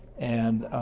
and,